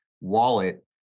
wallet